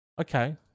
okay